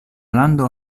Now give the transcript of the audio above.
lando